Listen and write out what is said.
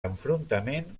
enfrontament